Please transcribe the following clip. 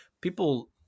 people